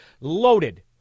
loaded